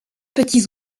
petits